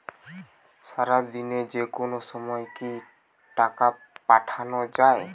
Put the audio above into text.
সারাদিনে যেকোনো সময় কি টাকা পাঠানো য়ায়?